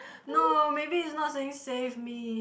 no maybe it's not saying save me